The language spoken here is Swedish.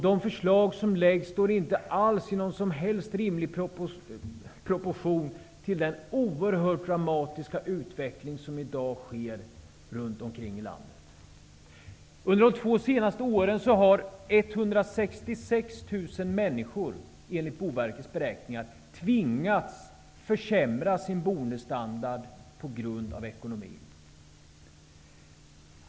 De förslag som läggs står inte i rimlig proportion till den oerhört dramatiska utveckling som i dag sker i landet. Under de två senaste åren har 166 000 människor, enligt Boverkets beräkningar, tvingats försämra sin boendestandard på grund av ekonomin.